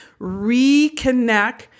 reconnect